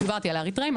דיברתי על האריתראים,